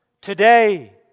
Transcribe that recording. today